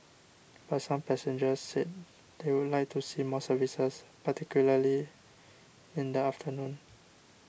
but some passengers said they would like to see more services particularly in the afternoon